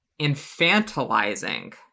infantilizing